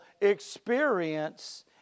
experience